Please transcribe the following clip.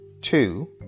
Two